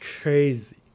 crazy